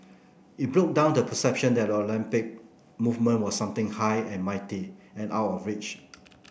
it broke down the perception that Olympic movement was something high and mighty and out of reach